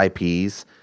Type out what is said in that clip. IPs